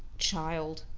child,